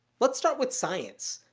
let's start with science.